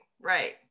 right